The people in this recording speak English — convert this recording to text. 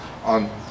on